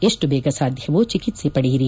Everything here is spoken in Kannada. ಎಷ್ಟು ಬೇಗ ಸಾಧ್ಯವೋ ಚಿಕಿತ್ವೆ ಪಡೆಯಿರಿ